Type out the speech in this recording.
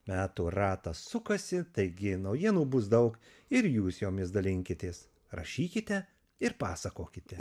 metų ratas sukasi taigi naujienų bus daug ir jūs jomis dalinkitės rašykite ir pasakokite